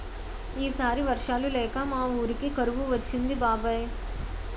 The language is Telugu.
ఈ సారి వర్షాలు లేక మా వూరికి కరువు వచ్చింది బాబాయ్